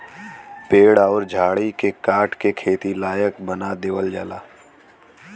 पेड़ अउर झाड़ी के काट के खेती लायक बना देवल जाला